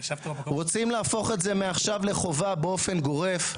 רוצים להפוך את זה עכשיו לחובה באופן גורף?